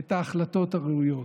את ההחלטות הראויות.